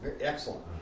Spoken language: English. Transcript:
Excellent